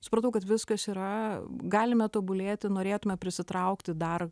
supratau kad viskas yra galime tobulėti norėtume prisitraukti dar